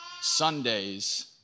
Sundays